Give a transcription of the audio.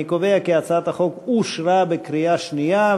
אני קובע כי הצעת החוק אושרה בקריאה שנייה.